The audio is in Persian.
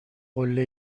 قله